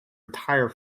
retire